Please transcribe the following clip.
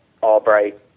Albright